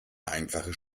einfache